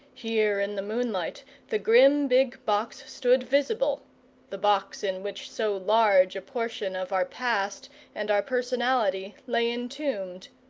here in the moonlight the grim big box stood visible the box in which so large a portion of our past and our personality lay entombed,